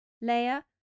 layer